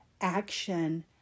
action